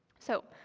so,